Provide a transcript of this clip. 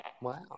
Wow